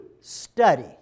study